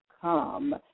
come